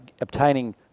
obtaining